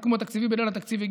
בסיכום התקציבי בליל התקציב,